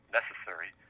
necessary